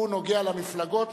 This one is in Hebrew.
הוא נוגע למפלגות,